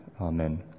Amen